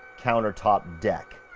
countertop deck.